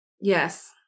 Yes